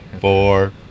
four